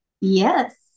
Yes